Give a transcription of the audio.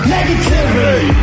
Negativity